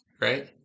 right